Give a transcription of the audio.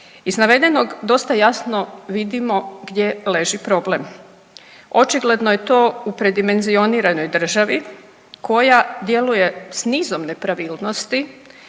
Iz navedenog dosta jasno vidimo gdje leži problem, očigledno je to u predimenzioniranoj državi koja djeluje s nizom nepravilnosti